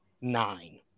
nine